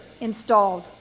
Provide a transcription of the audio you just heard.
installed